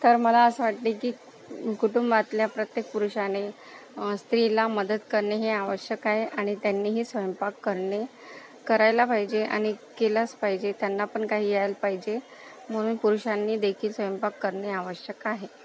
तर मला असे वाटते की कुटुंबातल्या प्रत्येक पुरुषांनी स्त्रीला मदत करणे हे आवश्यक आहे त्यांनीही स्वयंपाक करणे करायला पाहिजे आणि केलाच पाहिजे त्यांना पण काही यायला पाहिजे म्हणून पुरुषांनी देखील स्वयंपाक करणे आवश्यक आहे